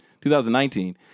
2019